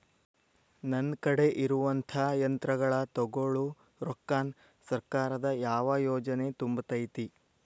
ನನ್ ಕಡೆ ಇರುವಂಥಾ ಯಂತ್ರಗಳ ತೊಗೊಳು ರೊಕ್ಕಾನ್ ಸರ್ಕಾರದ ಯಾವ ಯೋಜನೆ ತುಂಬತೈತಿ?